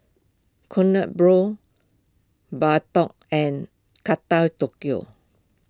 Kronenbourg Bardot and Kata Tokyo